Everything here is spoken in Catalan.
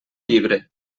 llibre